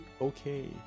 okay